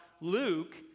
Luke